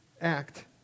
act